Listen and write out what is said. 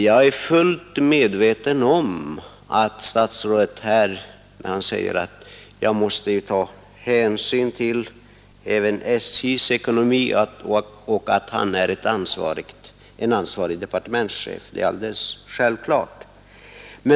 Jag är fullt medveten om det som statsrådet här säger, att han även måste ta hänsyn till SJ:s ekonomi och att han är ansvarig departementschef. Det är alldeles självklart.